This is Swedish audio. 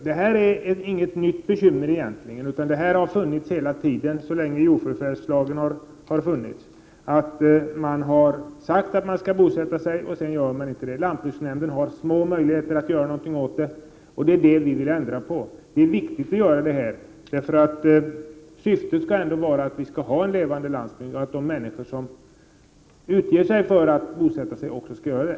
Det är inget nytt bekymmer utan det har funnits så länge jordförvärvslagen har funnits: Man har sagt att man skall bosätta sig på fastigheten, och sedan gör man inte det. Lantbruksnämnden har små möjligheter att göra någonting åt det, och det är det vi vill ändra på. Det är viktigt att göra det — syftet är att vi skall ha en levande landsbygd och att de människor som utger sig för att vilja bosätta sig där också gör det.